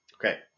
Okay